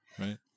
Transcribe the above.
Right